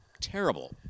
terrible